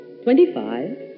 Twenty-five